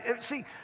See